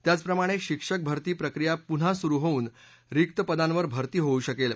त्याचप्रमाणे शिक्षक भरती प्रक्रिया पुन्हा सुरु होऊन रिक्त पदांवर भरती होऊ शकेल